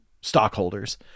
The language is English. stockholders